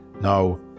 Now